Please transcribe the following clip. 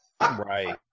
Right